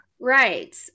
Right